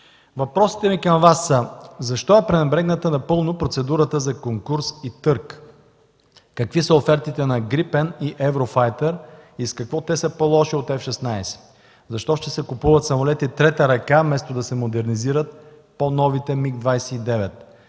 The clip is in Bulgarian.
Въпросите ми към Вас са: Защо е пренебрегната напълно процедурата за конкурс и търг? Какви са офертите на „Грипен” и „Еврофайтър” и с какво те са по-лоши от F-16? Защо ще се купуват самолети трета ръка вместо да се модернизират по-новите МиГ-29?